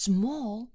Small